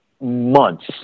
months